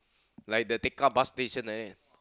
like the Tekka bus station like that